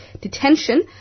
Detention